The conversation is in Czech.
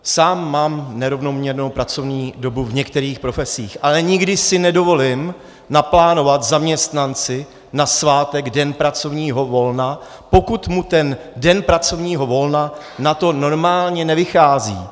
Sám mám nerovnoměrnou pracovní dobu v některých profesích, ale nikdy si nedovolím naplánovat zaměstnanci na svátek den pracovního volna, pokud mu ten den pracovního volna na to normálně nevychází.